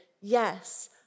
yes